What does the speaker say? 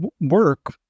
work